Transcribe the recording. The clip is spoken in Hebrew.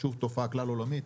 שוב תופעה כלל עולמית.